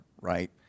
right